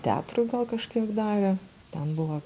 teatrui gal kažkiek darė ten buvo